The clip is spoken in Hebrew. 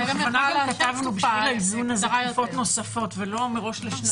אנחנו כתבנו לאיזון הזה תקופות נוספות ולא מראש לשנתיים.